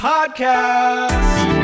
Podcast